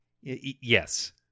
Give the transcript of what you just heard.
Yes